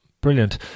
brilliant